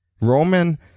Roman